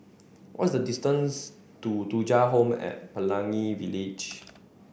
what is the distance to Thuja Home at Pelangi Village